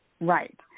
Right